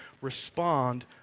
respond